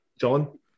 John